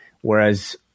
Whereas